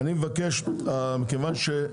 לא.